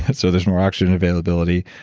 but so there's more oxygen availability,